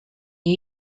new